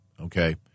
Okay